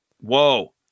Whoa